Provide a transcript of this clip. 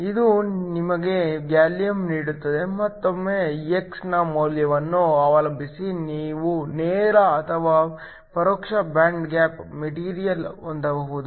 ಇದು ನಿಮಗೆ ಗ್ಯಾಲಿಯಂ ನೀಡುತ್ತದೆ ಮತ್ತೊಮ್ಮೆ x ನ ಮೌಲ್ಯವನ್ನು ಅವಲಂಬಿಸಿ ನೀವು ನೇರ ಅಥವಾ ಪರೋಕ್ಷ ಬ್ಯಾಂಡ್ ಗ್ಯಾಪ್ ಮೆಟೀರಿಯಲ್ ಹೊಂದಬಹುದು